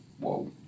whoa